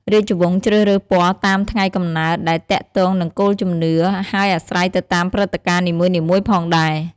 រាជវង្សជ្រើសរើសពណ៌តាមថ្ងៃកំណត់ ដែលទាក់ទងនឹងគោលជំនឿ ហើយអាស្រ័យទៅតាមព្រឹត្តិការណ៍នីមួយៗផងដែរ។